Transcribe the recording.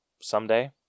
someday